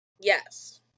yes